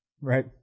Right